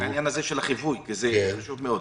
של החיווי, כי זה חשוב מאוד.